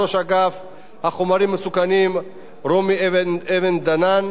ראש אגף חומרים מסוכנים רומי אבן-דנן,